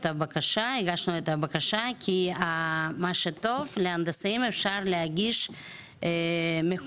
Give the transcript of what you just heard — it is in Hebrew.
הגשנו את הבקשה כי מה שטוב להנדסאים הוא שאפשר להגיש מקוון,